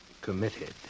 committed